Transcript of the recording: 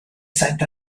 saint